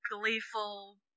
gleeful